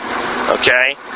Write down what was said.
okay